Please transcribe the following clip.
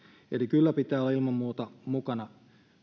kyllä pitää olla ilman muuta mukana